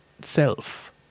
self